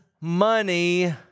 money